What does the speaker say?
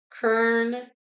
Kern